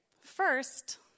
First